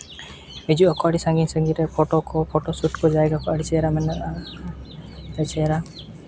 ᱦᱤᱡᱩᱜ ᱟᱠᱚ ᱟᱹᱰᱤ ᱥᱟᱺᱜᱤᱧ ᱥᱟᱺᱜᱤᱧ ᱨᱮᱱ ᱯᱷᱳᱴᱳ ᱠᱚ ᱯᱷᱳᱴᱳ ᱥᱩᱴ ᱠᱚ ᱡᱟᱭᱜᱟ ᱠᱚ ᱟᱹᱰᱤ ᱪᱮᱦᱨᱟ ᱢᱮᱱᱟᱜᱼᱟ ᱟᱹᱰᱤ ᱪᱮᱦᱨᱟ